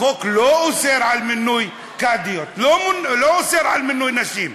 החוק לא אוסר מינוי קאדיות, לא אוסר מינוי נשים,